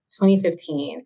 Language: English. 2015